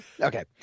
Okay